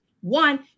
one